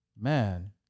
Man